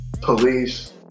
police